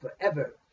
forever